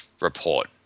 report